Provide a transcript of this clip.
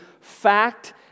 fact